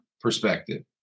perspective